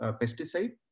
pesticide